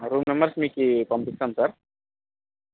room numbers మీకు పంపిస్తాం sir